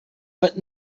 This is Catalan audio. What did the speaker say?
vet